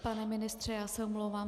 Pane ministře, já se omlouvám.